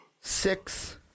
six